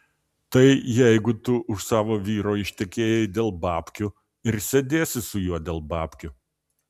tai jeigu tu už savo vyro ištekėjai dėl babkių ir sėdėsi su juo dėl babkių